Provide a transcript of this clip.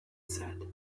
said